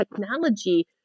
technology